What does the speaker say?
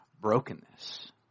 brokenness